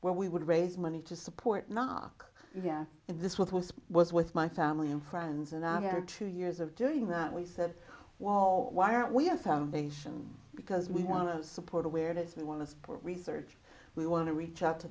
where we would raise money to support knock yeah this what was was with my family and friends and i had two years of doing that we said whoa why aren't we have foundation because we want to support awareness we want to support research we want to reach out to